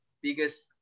biggest